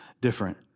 different